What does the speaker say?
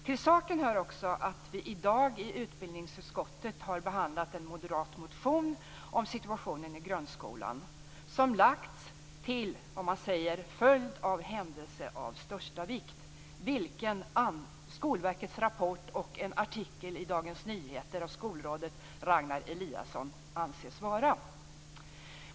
Till saken hör också att vi i dag i utbildningsutskottet har behandlat en moderat motion om situationen i grundskolan som väckts, som man säger, till följd av en händelse av största vikt, vilken Skolverkets rapport och en artikel i Dagens Nyheter av skolrådet Ragnar Eliasson anses vara.